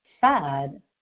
Sad